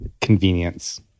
convenience